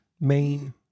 main